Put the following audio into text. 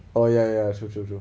oh ya ya true true true